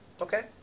Okay